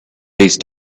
these